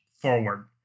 forward